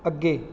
ਅੱਗੇ